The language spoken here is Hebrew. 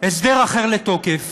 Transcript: הסדר אחר לתוקף,